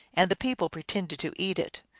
and the people pretended to eat it,